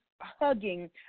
hugging